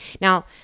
Now